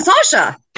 Sasha